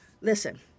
listen